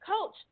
Coach